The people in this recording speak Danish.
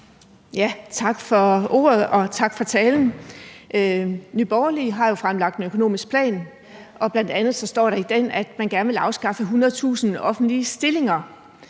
Tak for ordet, og tak for talen. Nye Borgerlige har jo fremlagt en økonomisk plan, og der står bl.a. i den, at man gerne vil afskaffe 100.000 offentlige stillinger.